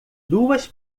duas